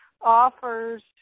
offers